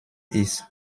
ist